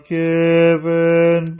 given